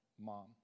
mom